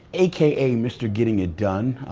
aka mr. getting it done.